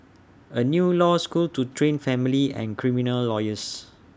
A new law school to train family and criminal lawyers